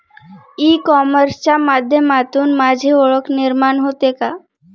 E कॉमर्सच्या माध्यमातून माझी ओळख निर्माण होते का?